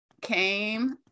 came